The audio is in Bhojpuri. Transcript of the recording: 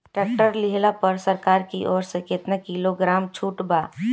टैक्टर लिहला पर सरकार की ओर से केतना किलोग्राम छूट बा?